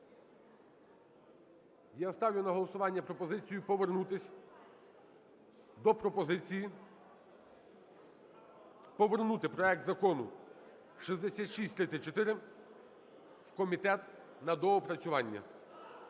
Я ставлю на голосування пропозицію повернутися до пропозиції повернути проект Закону 6634 в комітет на доопрацювання.